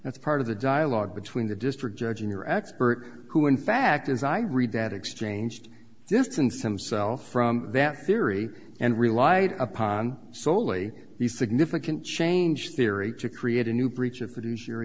that's part of the dialogue between the district judge in your expert who in fact as i read that exchanged distanced himself from that theory and relied upon solely the significant change fieri to create a new breach of